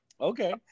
Okay